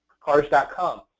Cars.com